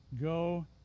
go